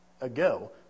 ago